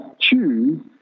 choose